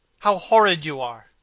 how horrid you are!